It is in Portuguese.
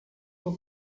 são